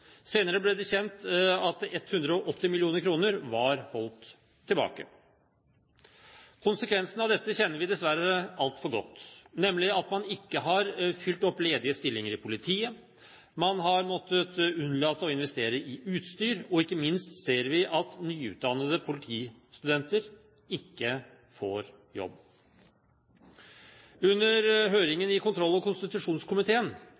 Senere ble det kjent at 180 mill. kr var holdt tilbake. Konsekvensen av dette kjenner vi dessverre altfor godt, nemlig at man ikke har fylt opp ledige stillinger i politiet, man har måttet unnlate å investere i utstyr, og ikke minst ser vi at nyutdannede politistudenter ikke får jobb. Under